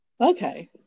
Okay